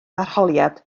arholiad